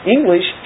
English